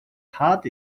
hat